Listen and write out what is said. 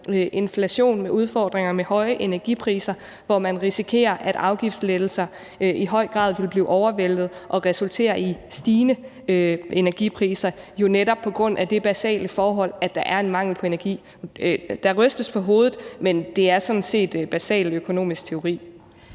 inflation og med udfordringer med høje energipriser, hvor man risikerer, at afgiftslettelser i høj grad vil blive overvældet og resultere i stigende energipriser, netop på grund af det basale forhold, at der er en mangel på energi. Der rystes på hovedet, men det er sådan set basal økonomisk teori.